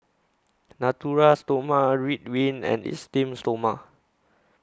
Natura Stoma Ridwind and Esteem Stoma